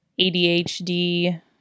ADHD